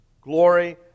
glory